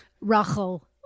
Rachel